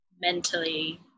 mentally